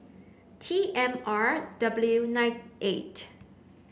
T M R W nine eight